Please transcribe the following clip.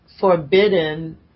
forbidden